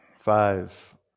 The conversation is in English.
Five